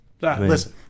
listen